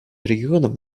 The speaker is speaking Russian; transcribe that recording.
регионом